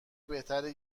بهتره